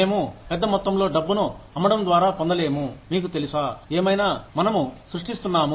మేము పెద్ద మొత్తంలో డబ్బును అమ్మడం ద్వారా పొందలేము మీకు తెలుసా ఏమైనా మనము సృష్టిస్తున్నాము